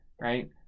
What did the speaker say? right